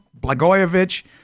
Blagojevich –